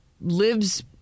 lives